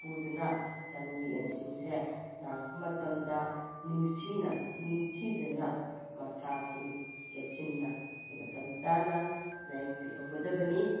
ꯄꯨꯗꯨꯅ ꯉꯥꯅꯨ ꯌꯦꯟꯁꯤꯡꯁꯦ ꯅꯥꯔꯛꯄ ꯃꯇꯝꯗ ꯅꯤꯡꯊꯤꯅ ꯅꯤꯡꯊꯤꯖꯅ ꯃꯁꯥꯁꯤ ꯆꯦꯛꯁꯤꯟꯅ ꯃꯇꯝ ꯆꯥꯅ ꯂꯥꯏꯌꯦꯡꯕꯤꯍꯧꯒꯗꯕꯅꯤ